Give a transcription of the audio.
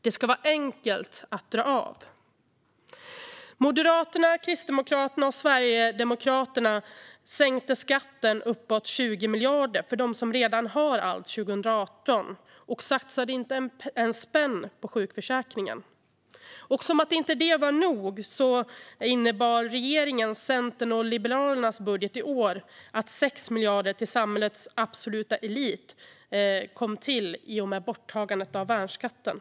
Det ska vara enkelt att dra av. Moderaterna, Kristdemokraterna och Sverigedemokraterna sänkte 2018 skatten med uppemot 20 miljarder för dem som redan har allt och satsade inte en spänn på sjukförsäkringen. Och som om inte det var nog innebar regeringens, Centerns och Liberalernas budget i år 6 miljarder till samhällets absoluta elit i och med borttagandet av värnskatten.